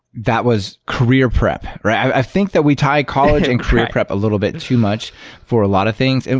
that was career prep. i think that we tie college and career prep a little bit too much for a lot of things, and